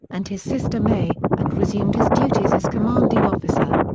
and his sister may, and resumed his duties as commanding officer.